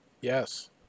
Yes